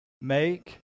Make